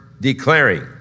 declaring